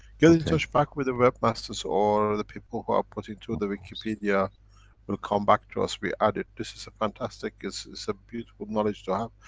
get in touch back with the webmasters, or the people who are putting through the wikipedia will come back to us. we add it. this is fantastic. it's a beautiful knowledge to have.